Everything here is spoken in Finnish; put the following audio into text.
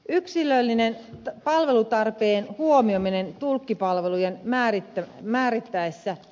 yksilöllisen palvelutarpeen huomioiminen tulkkipalveluita määritettäessä